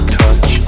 touch